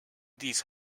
these